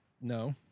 No